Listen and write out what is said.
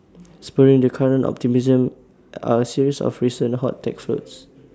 spurring the current optimism are A series of recent hot tech floats